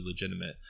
legitimate